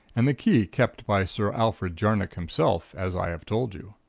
and the key kept by sir alfred jarnock himself, as i have told you.